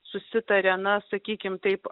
susitarė na sakykime taip